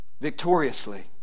victoriously